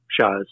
shows